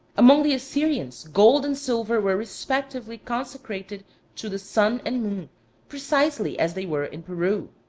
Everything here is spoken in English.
among the assyrians gold and silver were respectively consecrated to the sun and moon precisely as they were in peru.